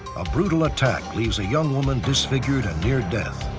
a brutal attack leaves a young woman disfigured and near death.